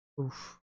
Oof